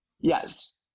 yes